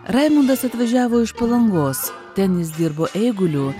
raimundas atvažiavo iš palangos ten jis dirbo eiguliu